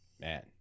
man